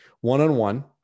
one-on-one